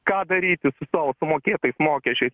ką daryti su savo sumokėtais mokesčiais